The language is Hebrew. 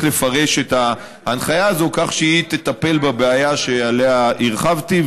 לפרש את ההנחיה הזאת כך שהיא תטפל בבעיה שעליה הרחבתי,